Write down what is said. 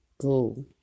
Go